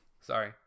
Sorry